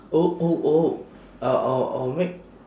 oh oh oh I'll I'll I'll make